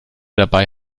dabei